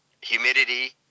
humidity